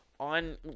on